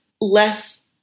less